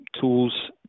tools